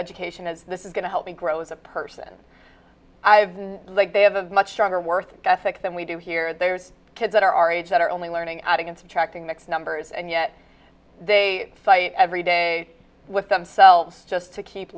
education as this is going to help me grow as a person i've like they have a much stronger worth ethic than we do here there's kids that are our age that are only learning adding and subtracting next numbers and yet they fight every day with themselves just to keep